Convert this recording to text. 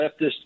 leftist